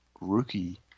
rookie